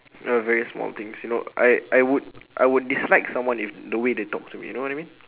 uh very small things you know I I would I would dislike someone if the way they talk to me you know what I mean